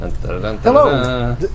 Hello